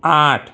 આઠ